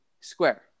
square